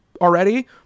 already